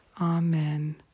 Amen